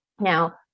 Now